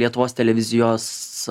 lietuvos televizijos